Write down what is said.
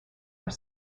are